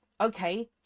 Okay